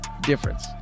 difference